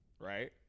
Right